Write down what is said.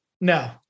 no